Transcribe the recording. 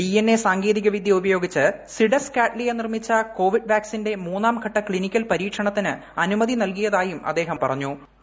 DNA സാങ്കേതികവിദ്യ ഉപയോഗിച്ച് സിഡസ് കാഡ്ലിയ നിർമ്മിച്ച കോവിഡ് വാക ്സിന്റെ മൂന്നാം ഘട്ട ക്ലിനിക്കൽ പരീക്ഷണത്തിന് അനുമതി നൽകിയതായും അദ്ദേഹം മാധ്യമപ്രവർത്തകരോട് പറഞ്ഞു